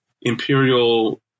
imperial